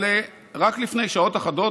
אבל רק לפני שעות אחדות,